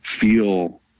feel